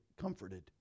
comforted